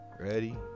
Ready